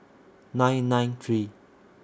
nine nine three